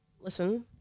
listen